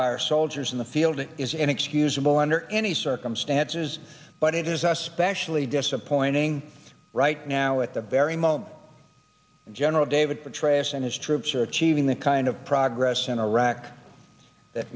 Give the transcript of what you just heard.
by our soldiers in the field it is inexcusable under any circumstances but it is especially disappointing right now at the very moment general david petraeus and his troops are achieving the kind of progress in iraq that